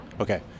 Okay